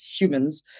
humans